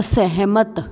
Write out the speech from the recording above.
ਅਸਹਿਮਤ